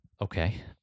Okay